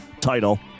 title